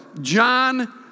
John